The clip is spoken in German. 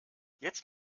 jetzt